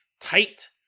Tight